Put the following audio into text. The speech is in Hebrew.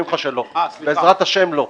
בעזרת השם, לא.